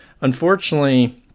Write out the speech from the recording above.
unfortunately